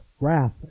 wrath